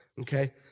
okay